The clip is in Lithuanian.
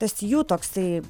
tas jų toksai